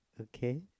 Okay